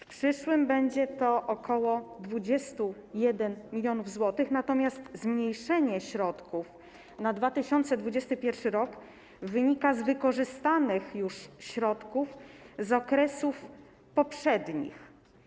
W przyszłym będzie to ok. 21 mln zł, natomiast zmniejszenie środków na 2021 r. wynika z wykorzystanych już środków z okresów poprzednich.